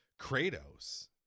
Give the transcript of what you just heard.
Kratos